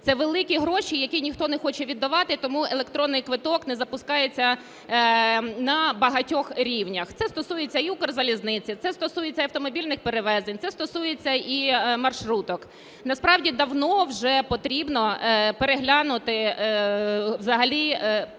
це великі гроші, які ніхто не хоче віддавати, і тому електронний квиток не запускається на багатьох рівнях. Це стосується і Укрзалізниці, це стосується і автомобільних перевезень, це стосується і маршруток. Насправді давно вже потрібно переглянути взагалі